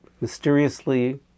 mysteriously